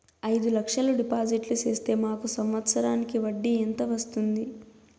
అయిదు లక్షలు డిపాజిట్లు సేస్తే మాకు సంవత్సరానికి వడ్డీ ఎంత వస్తుంది?